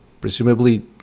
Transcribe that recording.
presumably